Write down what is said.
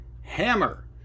hammer